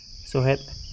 ᱥᱚᱦᱮᱫ